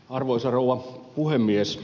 arvoisa rouva puhemies